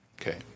Okay